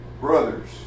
brothers